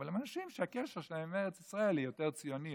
אבל הם אנשים שהקשר שלהם לארץ ישראל הוא יותר ציוני,